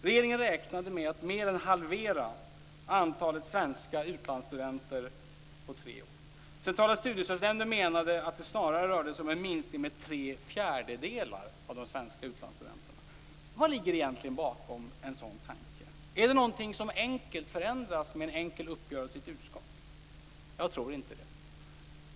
Regeringen räknade med att mer än halvera antalet svenska utlandsstudenter på tre år. Centrala studiestödsnämnden menade att det snarare rörde sig om en minskning av de svenska utlandsstudenterna med tre fjärdedelar. Vad ligger egentligen bakom en sådan tanke? Är det någonting som enkelt förändras med en enkel uppgörelse i ett utskott? Jag tror inte det.